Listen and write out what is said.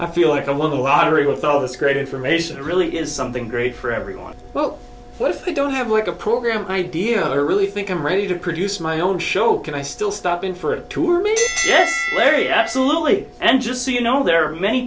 i feel like i won the lottery with all this great information it really is something great for everyone but what if they don't have what the program idea or really think i'm ready to produce my own show can i still stop in for a tour yes larry absolutely and just so you know there are many